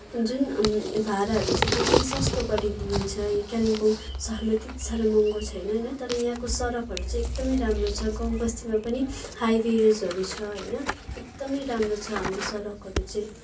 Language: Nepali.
जुन भाडाहरू छ त्यो पनि सस्तो गरिदिन्छ यो कालिम्पोङ सहरमा त्यत्ति साह्रो महँगो छैन होइन तर यहाँको सडकहरू चाहिँ एकदमै राम्रो छ गाउँ बस्तीमा पनि हाइवेसहरू छ होइन एकदमै राम्रो छ हाम्रो सडकहरू चाहिँ